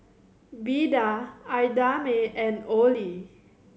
Beda Idamae and Olie